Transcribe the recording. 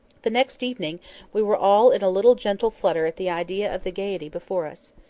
the next evening we were all in a little gentle flutter at the idea of the gaiety before us.